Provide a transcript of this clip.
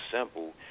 simple